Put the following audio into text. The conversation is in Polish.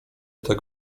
tak